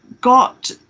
got